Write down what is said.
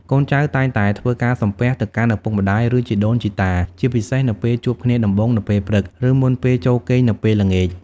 កូនចៅតែងតែធ្វើការសំពះ ទៅកាន់ឪពុកម្តាយ ឬជីដូនជីតា ជាពិសេសនៅពេលជួបគ្នាដំបូងនៅពេលព្រឹក ឬមុនពេលចូលគេងនៅពេលល្ងាច។